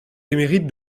émérite